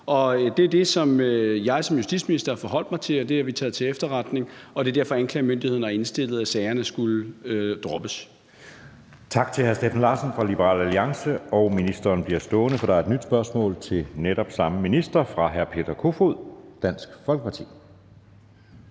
Det er det, jeg som justitsminister har forholdt mig til, og det har vi taget til efterretning. Og det er derfor, at anklagemyndigheden har indstillet, at sagerne skulle droppes.